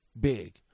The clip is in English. big